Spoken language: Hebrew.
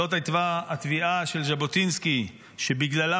זאת הייתה התביעה של ז'בוטינסקי שבגללה